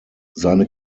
seine